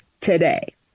today